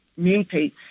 mutates